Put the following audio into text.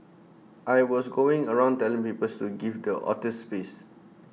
I was going around telling people to give the otters space